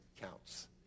counts